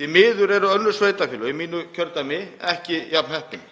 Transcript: Því miður eru önnur sveitarfélög í mínu kjördæmi ekki jafn heppin,